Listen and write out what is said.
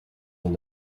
when